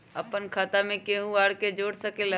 अपन खाता मे केहु आर के जोड़ सके ला?